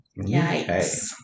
Yikes